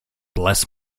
bless